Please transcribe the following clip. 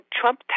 Trump